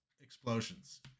explosions